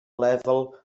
level